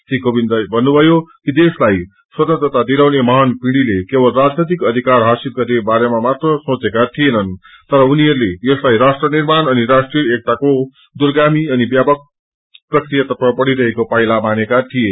री कोविन्दले भन्नुभयो कि देशलाई स्वतन्त्रता दिलाउने महान पिंढ़ीले केवल राजनैतिक अधिकर हासलि गर्ने बारेमा मात्र सोचेका थिएनन् तर उनीहरूले यसलाइ राष्ट्र निर्माण अनि राष्ट्रिय एकताको दूरगामी अनि व्यापक प्रक्रियातर्फ बढ़िरहेको पाइला मानेका थिए